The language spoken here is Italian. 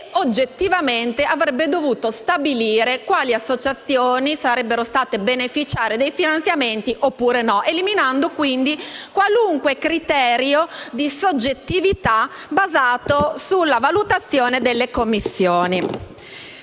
oggettivamente avrebbe dovuto stabilire quali associazioni sarebbero state beneficiarie dei finanziamenti, eliminando quindi qualunque criterio di soggettività basato sulla valutazione delle commissioni.